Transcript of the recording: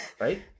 right